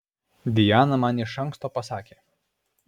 diana man iš anksto pasakė